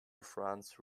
france